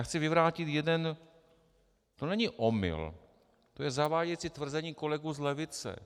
Chci vyvrátit jeden to není omyl, to je zavádějící tvrzení kolegů z levice.